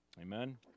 Amen